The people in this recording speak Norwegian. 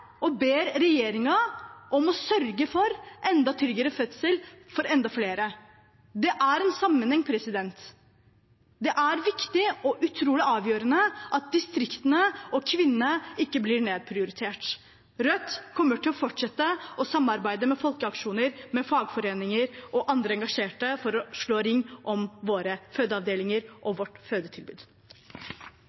og ber regjeringen om å sørge for enda tryggere fødsel for enda flere. Det er en sammenheng. Det er viktig og utrolig avgjørende at distriktene og kvinnene ikke blir nedprioritert. Rødt kommer til å fortsette å samarbeide med folkeaksjoner, fagforeninger og andre engasjerte for å slå ring om våre fødeavdelinger og vårt fødetilbud.